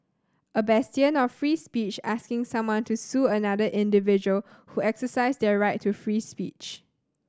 a bastion of free speech asking someone to sue another individual who exercised their right to free speech